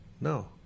no